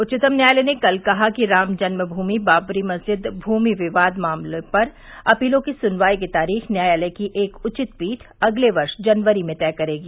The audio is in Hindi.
उच्चतम न्यायालय ने कल कहा कि रामजन्म भूमि बाबरी मस्जिद भूमि विवाद मामले पर अपीलों की सुनवाई की तारीख न्यायालय की एक उचित पीठ अगले वर्ष जनवरी में तय करेगी